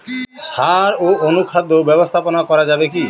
সাড় ও অনুখাদ্য ব্যবস্থাপনা করা যাবে কি?